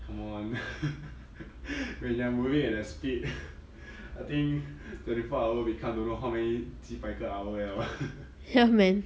come on when you're moving at that speed I think twenty four hour become don't know how many 几百个 hour liao